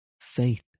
faith